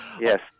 Yes